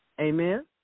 Amen